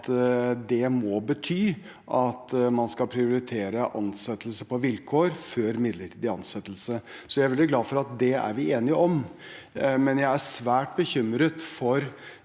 at det må bety at man skal prioritere ansettelse på vilkår før midlertidig ansettelse. Jeg er veldig glad for at vi er enige om det. Men jeg er svært bekymret for